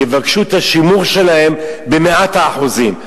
יבקשו את השימור שלהם במאת האחוזים.